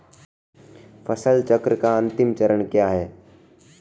फसल चक्र का अंतिम चरण क्या है?